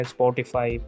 Spotify